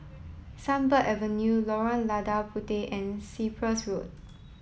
Sunbird Avenue Lorong Lada Puteh and Cyprus Road